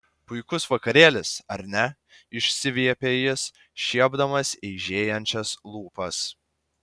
puikus vakarėlis ar ne išsiviepė jis šiepdamas eižėjančias lūpas